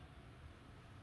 oh